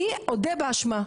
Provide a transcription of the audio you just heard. אני אודה באשמה.